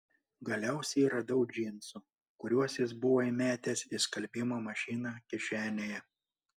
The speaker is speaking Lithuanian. galiausiai radau džinsų kuriuos jis buvo įmetęs į skalbimo mašiną kišenėje